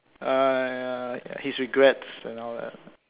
uh ya his regrets and all that